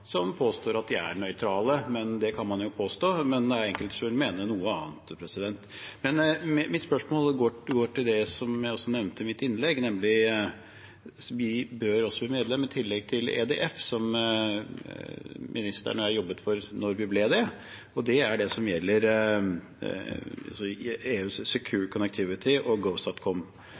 som påstår at de er nøytrale. Det kan man jo påstå, men det er enkelte som vil mene noe annet. Mitt spørsmål går til det jeg også nevnte i mitt innlegg, nemlig at vi i tillegg til EDF – som ministeren og jeg jobbet for å bli medlem av – bør bli medlem av det som gjelder EUs Secure Connectivity og